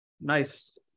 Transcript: Nice